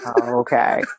Okay